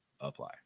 apply